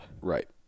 Right